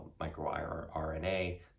microRNA